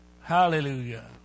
Hallelujah